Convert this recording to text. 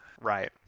Right